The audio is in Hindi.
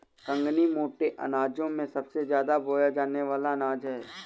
कंगनी मोटे अनाजों में सबसे ज्यादा बोया जाने वाला अनाज है